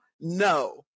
no